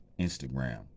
Instagram